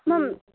ma'am